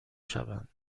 شوند